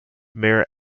mayor